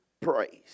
praise